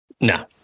No